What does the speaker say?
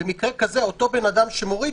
במקרה כזה אותו אדם שמוריד,